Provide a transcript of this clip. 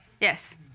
Yes